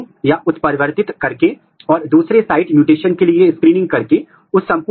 तो यह अनुभाग पर सीटू संकरण में रेडियोधर्मी लेबल आरएनए का एक विशिष्ट उदाहरण है